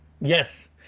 yes